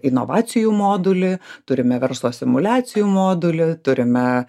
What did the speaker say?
inovacijų modulį turime verslo simuliacijų modulį turime